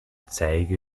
zeige